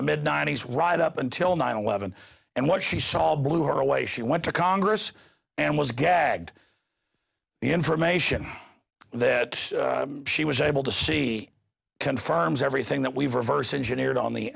the mid ninety's right up until nine eleven and what she saw blew her away she went to congress and was gagged the information that she was able to see confirms everything that we've reverse engineered on the